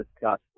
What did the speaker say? discuss